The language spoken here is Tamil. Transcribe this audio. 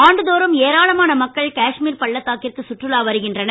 ஆண்டுதோறும் ஏராளமான மக்கள் காஷ்மீர் பள்ளத்தாக்கிற்கு சுற்றுலா வருகின்றனர்